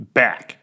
back